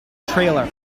trailer